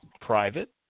private